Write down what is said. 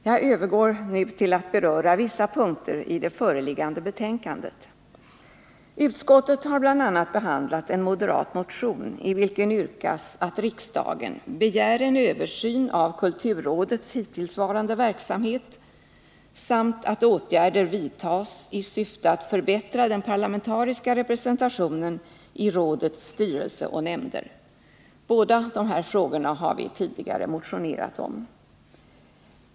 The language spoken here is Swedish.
Jag övergår därefter till att beröra vissa punkter i det föreliggande betänkandet. Utskottet har bl.a. behandlat en moderat motion, i vilken yrkas att riksdagen begär en översyn av kulturrådets hittillsvarande verksamhet samt att åtgärder vidtas i syfte att förbättra den parlamentariska representationen i rådets styrelse och nämnder. Båda dessa frågor har vi också tidigare motionerat om.